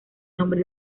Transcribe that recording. nombre